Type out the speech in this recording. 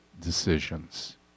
decisions